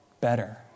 better